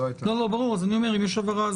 אם יש הבהרה,